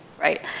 right